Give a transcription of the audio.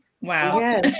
wow